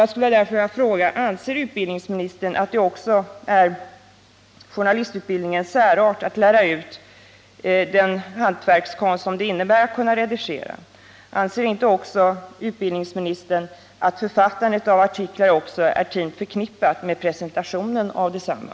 Jag vill därför fråga: Anser utbildningsministern att det tillhör journalistutbildningens särart att lära ut den hantverkskonst som det innebär att kunna redigera? Anser inte också utbildningsministern att författandet av artiklar är intimt förknippat med presentationen av desamma?